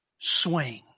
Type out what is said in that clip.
swing